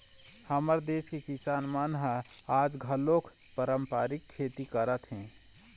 हमर देस के किसान मन ह आज घलोक पारंपरिक खेती करत हे